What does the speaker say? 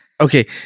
Okay